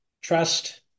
trust